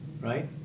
right